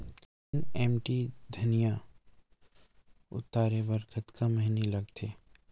तीन एम.टी धनिया उतारे बर कतका मेहनती लागथे?